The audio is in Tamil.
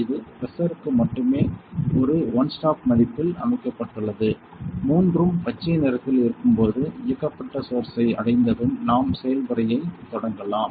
இது பிரஷருக்கு மட்டுமே ஒரு ஒன் ஸ்டாப் மதிப்பில் அமைக்கப்பட்டுள்ளது மூன்றும் பச்சை நிறத்தில் இருக்கும்போது இயக்கப்பட்ட சோர்ஸ் ஐ அடைந்ததும் நாம் செயல்முறையைத் தொடங்கலாம்